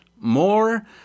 more